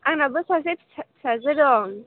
आंनाबो सासे दं